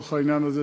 לצורך העניין הזה,